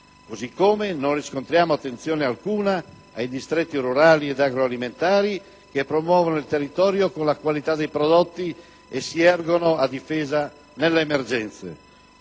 femminili. Non riscontriamo poi alcuna attenzione ai distretti rurali ed agroalimentari, che promuovono il territorio con la qualità dei prodotti e si ergono a difesa nelle emergenze.